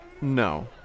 No